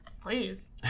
please